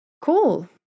Cool